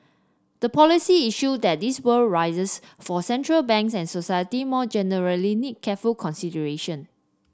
the policy issue that this would raises for central banks and society more generally need careful consideration